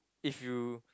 if you